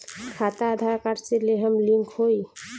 खाता आधार कार्ड से लेहम लिंक होई?